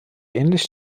ähnlich